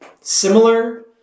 similar